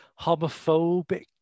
homophobic